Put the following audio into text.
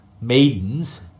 maidens